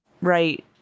Right